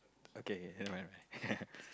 okay never mind never mind